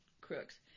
crooks